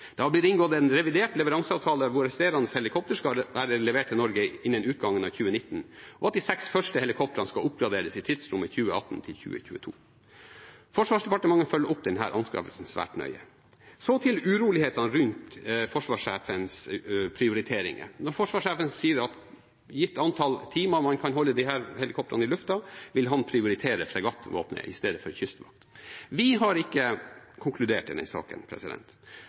Det har blitt inngått en revidert leveranseavtale hvor resterende helikopter skal være levert til Norge innen utgangen av 2019, og de seks første helikoptrene skal oppgraderes i tidsrommet 2018–2022. Forsvarsdepartementet følger opp denne anskaffelsen svært nøye. Så til urolighetene rundt forsvarssjefens prioriteringer. Forsvarssjefen sier at gitt antall timer man kan holde disse helikoptrene i lufta, vil han prioritere fregattvåpenet istedenfor Kystvakten. Vi har ikke konkludert i den saken.